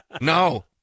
no